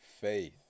faith